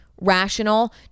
rational